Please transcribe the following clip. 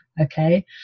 Okay